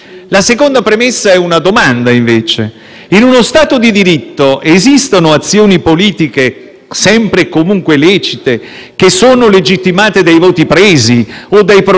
sempre e comunque lecite, che sono legittimate dai voti presi o dai programmi elettorali, come abbiamo ascoltato poco fa, e che quindi possono essere sottratte al giudizio della magistratura?